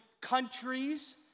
countries